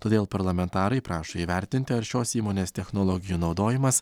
todėl parlamentarai prašo įvertinti ar šios įmonės technologijų naudojimas